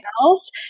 else